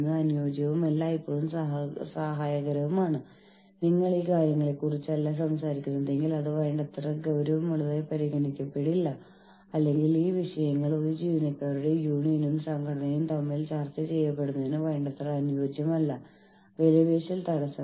അതിനാൽ നമ്മൾ പറയുന്നു ജീവനക്കാരുടെ ക്ഷേമത്തിനായി പ്രവർത്തിക്കുന്ന ഒരു ബോഡി ഇതിനകം തന്നെ നിലവിലുണ്ടെങ്കിൽ കൂടാതെ അത് ജീവനക്കാരുടെ വീക്ഷണകോണിൽ നിന്ന് കാര്യങ്ങളെ നോക്കുന്നുവെങ്കിൽ നമ്മുടെ ജീവനക്കാരുടെ ക്ഷേമം ഉറപ്പാക്കാൻ നമ്മൾ ചെയ്യേണ്ടത് അവരുടെ പിന്തുണയിൽ നമ്മൾക്ക് എപ്പോഴും ആശ്രയിക്കാം